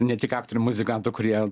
ne tik aktorių muzikantų kurie